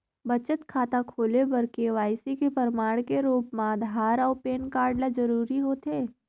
बचत खाता खोले बर के.वाइ.सी के प्रमाण के रूप म आधार अऊ पैन कार्ड ल जरूरी होथे